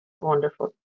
wonderful